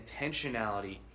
intentionality